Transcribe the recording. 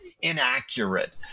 inaccurate